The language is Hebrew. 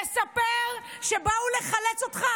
תספר שבאו לחלץ אותך.